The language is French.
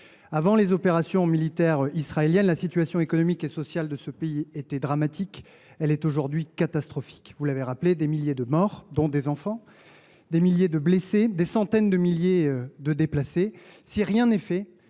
Avant les opérations militaires israéliennes, la situation économique et sociale de ce pays était dramatique. Elle est aujourd’hui catastrophique. Vous l’avez rappelé, des milliers de morts, dont des enfants, des milliers de blessés, des centaines de milliers de déplacés ! Si rien n’est fait,